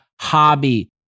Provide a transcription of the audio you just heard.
hobby